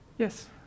Yes